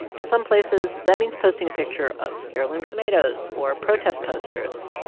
in some places, that means posting a picture of heirloom tomatoes or protest posters.